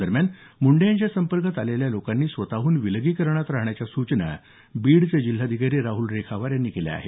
दरम्यान मुंडे यांच्या संपर्कात आलेल्या लोकांनी स्वतःहून विलगीकरणात राहण्याच्या सूचना बीडचे जिल्हाधिकारी राहुल रेखावार यांनी दिल्या आहेत